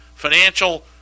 financial